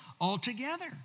altogether